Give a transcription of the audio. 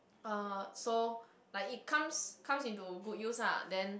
uh so like it comes comes into good use ah then